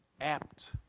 apt